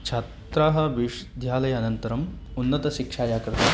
छात्राः विश्वविद्यालयानन्तरम् उन्नतशिक्षायाः कृते